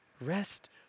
Rest